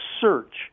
Search